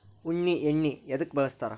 ಉಣ್ಣಿ ಎಣ್ಣಿ ಎದ್ಕ ಬಳಸ್ತಾರ್?